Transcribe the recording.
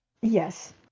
Yes